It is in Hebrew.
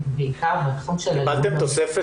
קיבלתם תוספת